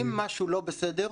אם משהו לא בסדר,